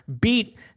beat